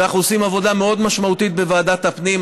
שאנחנו עושים עבודה מאוד משמעותית בוועדת הפנים.